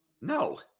No